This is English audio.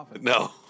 No